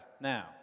now